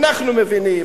אנחנו מבינים,